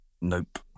Nope